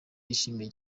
yashimiye